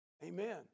Amen